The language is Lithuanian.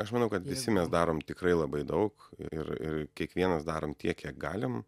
aš manau kad visi mes darom tikrai labai daug ir ir kiekvienas darom tiek kiek galim